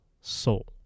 soul